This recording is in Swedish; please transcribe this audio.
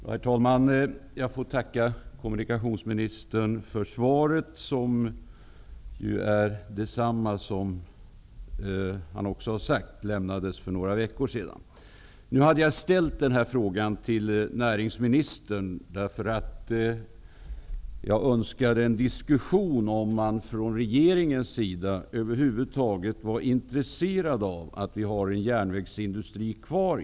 Herr talman! Jag får tacka kommunikationsministern för svaret, som är detsamma som han lämnade för några veckor sedan. Jag hade ställt min fråga till näringsministern, eftersom jag önskade en diskussion om huruvida man från regeringens sida över huvud taget är intresserad av att ha kvar en järnvägsindustri i Sverige.